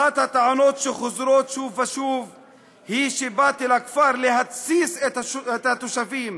אחת הטענות שחוזרות שוב ושוב היא שבאתי לכפר להתסיס את התושבים.